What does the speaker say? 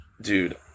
Dude